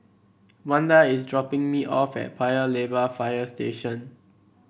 Wanda is dropping me off at Paya Lebar Fire Station